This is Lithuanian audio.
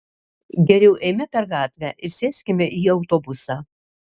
geriau eime per gatvę ir sėskime į autobusą